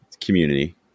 community